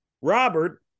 Robert